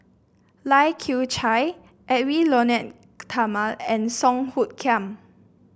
Lai Kew Chai Edwy Lyonet Talma and Song Hoot Kiam